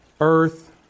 earth